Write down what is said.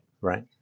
Right